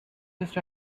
just